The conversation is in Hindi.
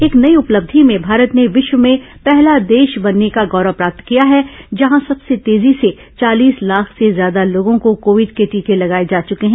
एक नई उपलब्धि में भारत ने विश्व में पहला देश बनने का गौरव प्राप्त किया है जहां सबसे तेजी से चालीस लाख से ज्यादा लोगों को कोविड के टीके लगाए जा चुके हैं